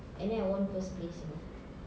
and then I won first place you know